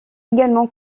également